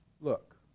Look